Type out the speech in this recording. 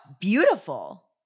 beautiful